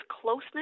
closeness